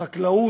חקלאות,